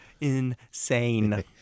insane